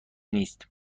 نیست